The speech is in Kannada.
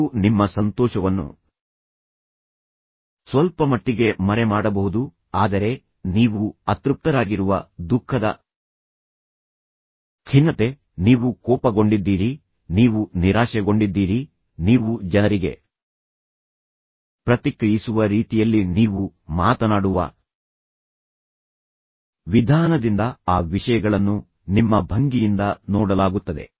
ನೀವು ನಿಮ್ಮ ಸಂತೋಷವನ್ನು ಸ್ವಲ್ಪಮಟ್ಟಿಗೆ ಮರೆಮಾಡಬಹುದು ಆದರೆ ನೀವು ಅತೃಪ್ತರಾಗಿರುವ ದುಃಖದ ಖಿನ್ನತೆ ನೀವು ಕೋಪಗೊಂಡಿದ್ದೀರಿ ನೀವು ನಿರಾಶೆಗೊಂಡಿದ್ದೀರಿ ನೀವು ಜನರಿಗೆ ಪ್ರತಿಕ್ರಿಯಿಸುವ ರೀತಿಯಲ್ಲಿ ನೀವು ಮಾತನಾಡುವ ವಿಧಾನದಿಂದ ಆ ವಿಷಯಗಳನ್ನು ನಿಮ್ಮ ಭಂಗಿಯಿಂದ ನೋಡಲಾಗುತ್ತದೆ